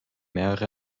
mehrere